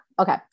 okay